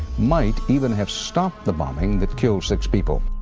might even have stopped the bombing that killed six people.